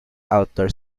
outdoor